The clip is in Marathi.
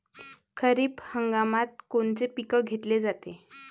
खरिप हंगामात कोनचे पिकं घेतले जाते?